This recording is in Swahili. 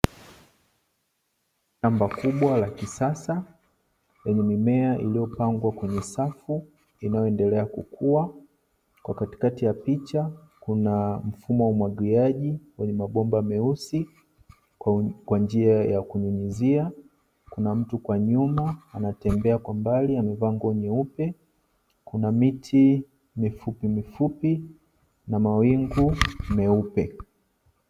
Shamba kubwa la kisasa, lenye mimea iliyopangwa kwenye safu inayoendelea kukua. Kwa katikati ya picha kuna mfumo wa umwagiliaji wenye mabomba meusi, kwa njia ya kunyunyizia. Kuna mtu kwa nyuma, anatembea kwa mbali amevaa nguo nyeupe, kuna miti mifupi mifupi na mawingu meupe.